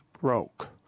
broke